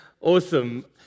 Awesome